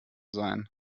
sein